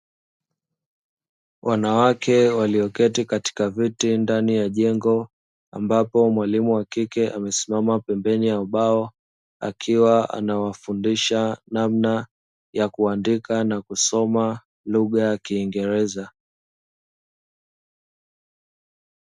Wanawake walioketi katika viti ndani ya jengo, ambapo mwalimu wa kike amesimama pemebeni ya ubao akiwa anawafundisha namna ya kuandika na kusoma lugha ya kiingereza.